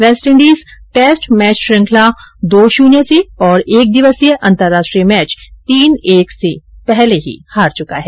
West Indies test match श्रृंखला दो शून्य से और एक दिवसीय अंतर्राष्ट्रीय मैच तीन एक से पहले ही हार चुका है